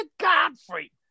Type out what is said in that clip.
Godfrey